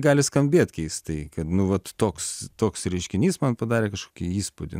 gali skambėt keistai kad nu vat toks toks reiškinys man padarė kažkokį įspūdį